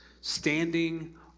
standing